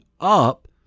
up